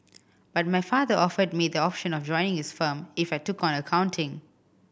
but my father offered me the option of joining his firm if I took on accounting